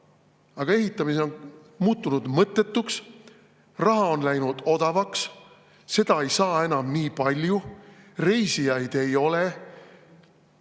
aga ehitamine on muutunud mõttetuks. Raha on läinud odavamaks, seda ei saa enam nii palju, reisijaid ei ole,